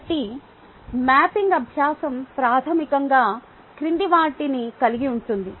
కాబట్టి మ్యాపింగ్ అభ్యాసం ప్రాథమికంగా కింది వాటిని కలిగి ఉంటుంది